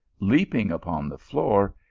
leaping upon the floor,